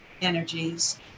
energies